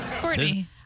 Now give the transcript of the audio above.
Courtney